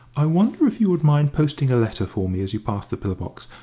i wonder if you would mind posting a letter for me as you pass the pillar-box?